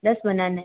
दस बनाने